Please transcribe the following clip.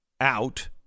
out